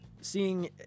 Seeing